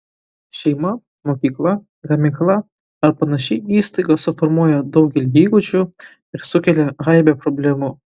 šeima mokykla gamykla ar panaši įstaiga suformuoja daugelį įgūdžių ir sukelia aibę problemų